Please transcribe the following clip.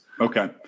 Okay